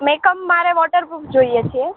makeup મારે waterproof જોઈએ છીએ